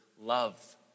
love